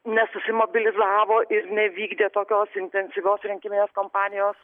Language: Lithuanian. nesusimobilizavo ir nevykdė tokios intensyvios rinkiminės kompanijos